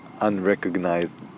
unrecognized